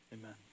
Amen